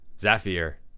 Zafir